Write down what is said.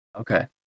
Okay